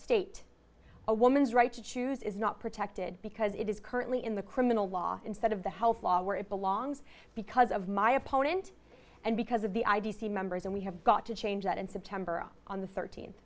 state a woman's right to choose is not protected because it is currently in the criminal law instead of the health law where it belongs because of my opponent and because of the i d c members and we have got to change that in september on the thirteenth